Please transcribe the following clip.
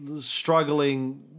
struggling